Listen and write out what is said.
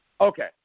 Okay